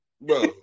Bro